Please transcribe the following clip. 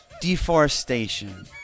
deforestation